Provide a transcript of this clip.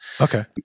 okay